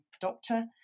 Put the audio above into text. doctor